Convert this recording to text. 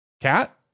Cat